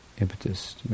impetus